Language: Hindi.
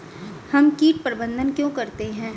हम कीट प्रबंधन क्यों करते हैं?